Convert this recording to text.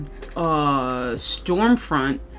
Stormfront